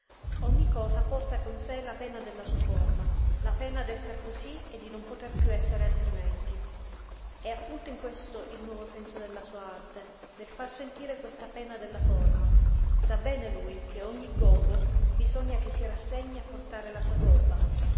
ogni cosa porta con sé la pena della sua forma la pena d'esser cosí e di non poter piú essere altrimenti è appunto in questo il nuovo della sua arte nel far sentire questa pena della forma sa bene lui che ogni gobbo bisogna che si rassegni a portare la sua gobba